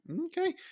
Okay